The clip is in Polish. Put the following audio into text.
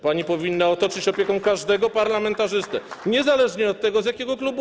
Pani powinna otoczyć opieką każdego parlamentarzystę, niezależnie od tego, z jakiego jest klubu.